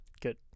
Good